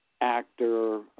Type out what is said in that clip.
actor